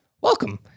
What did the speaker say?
Welcome